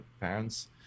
parents